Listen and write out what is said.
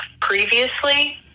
previously